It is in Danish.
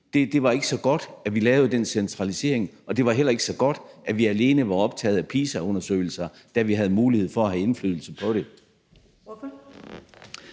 at det ikke var så godt, at de lavede den centralisering, og at det heller ikke var så godt, at de alene var optaget af PISA-undersøgelser, da de havde mulighed for at have indflydelse på det. Kl.